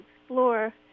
explore